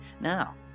Now